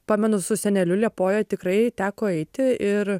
pamenu su seneliu liepojoj tikrai teko eiti ir